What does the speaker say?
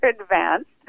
advanced